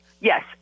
Yes